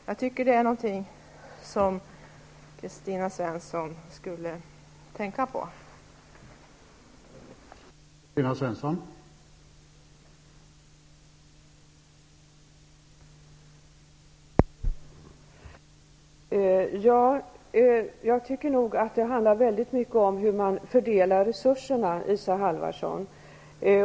Jag tycker att Kristina Svensson skulle tänka på det.